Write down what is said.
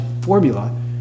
formula